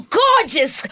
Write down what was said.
gorgeous